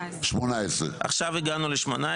עכשיו הגענו ל-18.